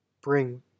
bring